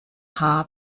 haar